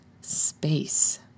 space